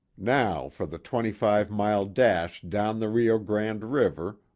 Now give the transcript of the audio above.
now for the twenty-five mile dash down the rio grande river,